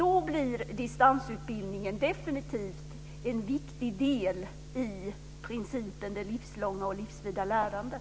Då blir distansutbildningen definitivt en viktig del i principen det livslånga och livsvida lärandet.